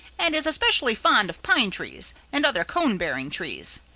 and is especially fond of pine trees and other cone-bearing trees.